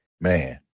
man